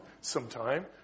sometime